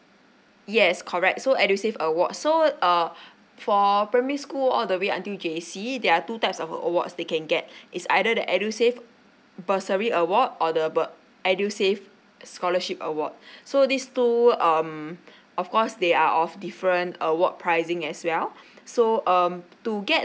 yes correct so edusave awards so uh for primary school all the way until J_C there are two types of awards they can get is either the edusave bursary award or the bur~ edusave scholarship award so these two um of course they are of different award prizing as well so um to get